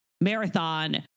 marathon